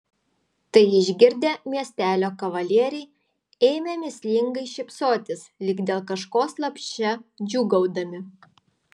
tai išgirdę miestelio kavalieriai ėmė mįslingai šypsotis lyg dėl kažko slapčia džiūgaudami